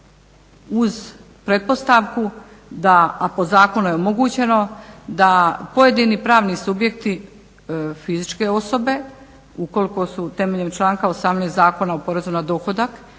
uz pretpostavku da a po zakonu je omogućeno da pojedini pravni subjekti fizičke osobe ukoliko se temeljem članka 18. Zakona o porezu na dohodak